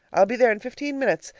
i'll be there in fifteen minutes.